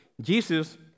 Jesus